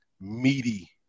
meaty